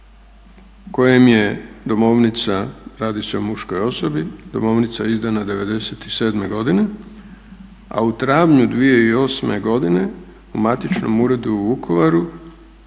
kojem je domovnica, radi se o muškoj osobi, domovnica izdana '97. godine, a u travnju 2008. godine u matičnom uredu u Vukovaru